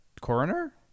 coroner